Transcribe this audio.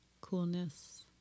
coolness